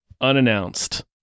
unannounced